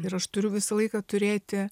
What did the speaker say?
ir aš turiu visą laiką turėti